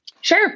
Sure